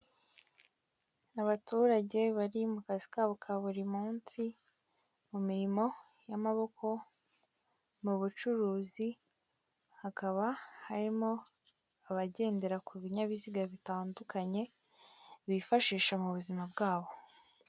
Abaturage bari mu kazi kabo ka buri munsi mu mirimo y'amaboko mu bucuruzi, hakaba harimo abagendera ku binyabiziga bitandukanye bifashisha mu buzima bwabo.